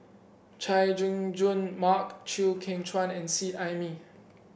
Chay Jung Jun Mark Chew Kheng Chuan and Seet Ai Mee